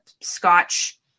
scotch